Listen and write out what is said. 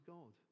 God